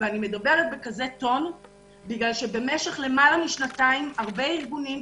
ואני מדברת בכזה טון בגלל שבמשך למעלה משנתיים הרבה ארגונים,